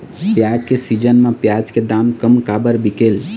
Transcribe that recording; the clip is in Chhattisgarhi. प्याज के सीजन म प्याज के दाम कम काबर बिकेल?